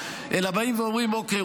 אלא באים ואומרים: אוקיי,